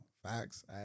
Facts